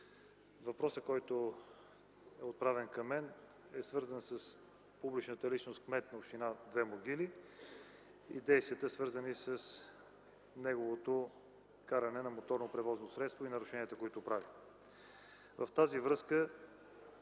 Въпросът, който е отправен към мен, е свързан с публичната личност кмет на община Две могили и действията, свързани с неговото каране на моторно превозно средство и нарушенията, които прави.